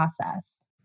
process